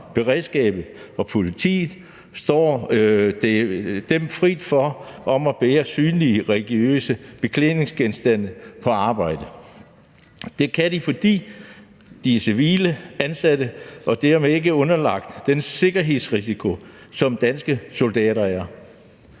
beredskabet og politiet frit for at bære synlige religiøse beklædningsgenstande på arbejdet. Det kan de, fordi de er civilt ansatte og derfor ikke udsat for de samme sikkerhedsrisici, som de danske soldater er.